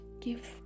give